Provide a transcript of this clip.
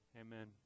amen